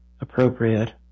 appropriate